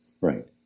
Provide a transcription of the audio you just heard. Right